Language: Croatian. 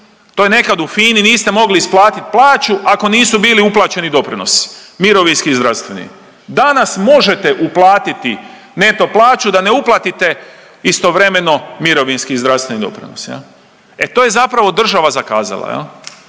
To je nekad u FINA-i niste mogli isplatiti plaću ako nisu bili uplaćeni doprinosi mirovinski i zdravstveni. Danas možete uplatiti neto plaću da ne uplatite istovremeno mirovinski i zdravstveni doprinos, e to je zapravo država zakazala.